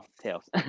tails